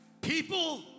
People